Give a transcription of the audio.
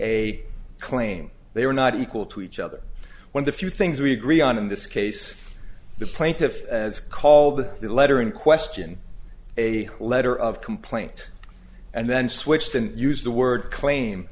a claim they are not equal to each other when the few things we agree on in this case the plaintiff as call the letter in question a letter of complaint and then switch to use the word claim